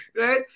right